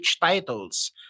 titles